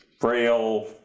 frail